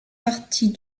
partie